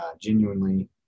genuinely